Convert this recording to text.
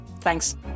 Thanks